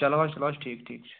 چلو حظ چلو حظ ٹھیٖک ٹھیٖک چھُ